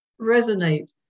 resonate